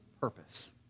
purpose